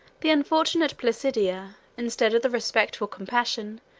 the unfortunate placidia, instead of the respectful compassion,